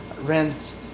rent